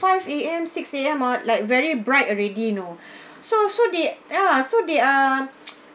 five A_M six A_M ah like very bright already you know so so they ya so they are